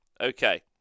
Okay